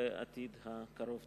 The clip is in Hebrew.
בעתיד הקרוב.